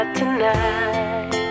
tonight